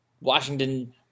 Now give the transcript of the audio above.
Washington –